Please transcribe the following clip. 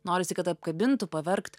norisi kad apkabintų paverkt